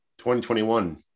2021